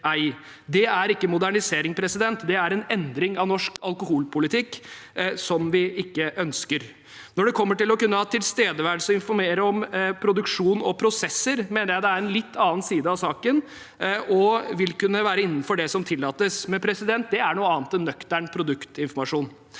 ei. Det er ikke modernisering, det er en endring av norsk alkoholpolitikk vi ikke ønsker. Når det gjelder det å kunne ha tilstedeværelse og informere om produksjon og prosesser, mener jeg det er en litt annen side av saken, og at det vil kunne være innenfor det som tillates, men det er noe annet enn nøktern produktinformasjon.